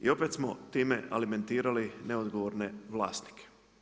I opet smo time alimentirali neodgovorne vlasnike.